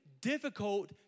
difficult